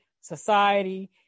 society